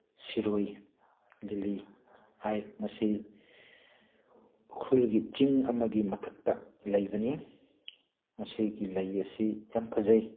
ꯁꯤꯔꯣꯏ ꯂꯤꯂꯤ ꯍꯥꯏ ꯃꯁꯤ ꯎꯈ꯭ꯔꯨꯜꯒꯤ ꯆꯤꯡ ꯑꯃꯒꯤ ꯃꯊꯛꯇ ꯂꯩꯕꯅꯤ ꯃꯁꯤꯒꯤ ꯂꯩ ꯑꯁꯤ ꯌꯥꯝ ꯐꯖꯩ